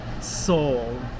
soul